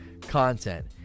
content